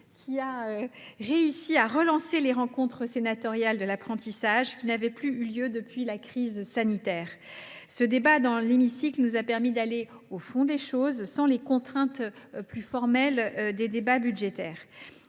qui a réussi à relancer les Rencontres sénatoriales de l’apprentissage, qui n’avaient plus eu lieu depuis la crise sanitaire. Ce débat dans l’hémicycle nous a permis d’aller au fond des choses, davantage que lors des discussions budgétaires,